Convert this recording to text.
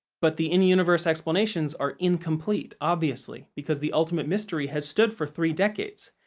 but, the in-universe explanations are incomplete, obviously, because the ultimate mystery has stood for three decades.